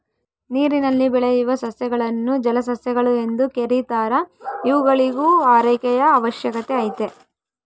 ನೀರಿನಲ್ಲಿ ಬೆಳೆಯುವ ಸಸ್ಯಗಳನ್ನು ಜಲಸಸ್ಯಗಳು ಎಂದು ಕೆರೀತಾರ ಇವುಗಳಿಗೂ ಆರೈಕೆಯ ಅವಶ್ಯಕತೆ ಐತೆ